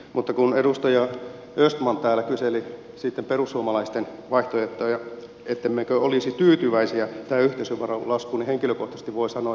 mutta kun edustaja östman täällä kyseli perussuomalaisten vaihtoehtoja ettemmekö olisi tyytyväisiä tähän yhteisöveron laskuun niin henkilökohtaisesti voin sanoa että kyllä